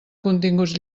continguts